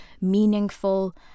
meaningful